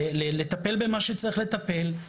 לטפל במה שצריך לטפל,